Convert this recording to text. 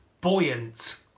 buoyant